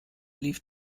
lief